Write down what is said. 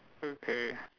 okay